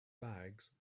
bags